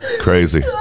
Crazy